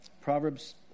Proverbs